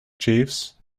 jeeves